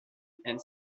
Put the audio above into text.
and